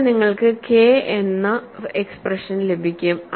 അപ്പോൾ നിങ്ങൾക്ക് കെ എന്ന എക്സ്പ്രഷൻ ലഭിക്കും